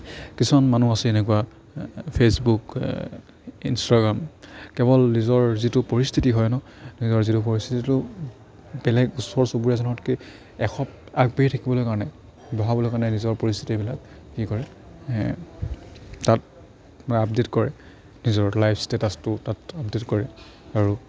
কিছুমান মানুহ আছে এনেকুৱা ফেচবুক ইনষ্টাগ্ৰাম কেৱল নিজৰ যিটো পৰিস্থিতি হয় ন নিজৰ যিটো পৰিস্থিতিটো বেলেগ ওচৰ চুবুৰীয়াজনতকৈ এখোপ আগবাঢ়ি থাকিবলৈ কাৰণে বঢ়াবলৈ কাৰণে নিজৰ পৰিস্থিতিবিলাক কি কৰে তাত মানে আপডেট কৰে নিজৰ লাইফ ষ্টেটাছটো তাত আপডেট কৰে আৰু